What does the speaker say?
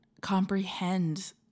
comprehend